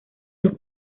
los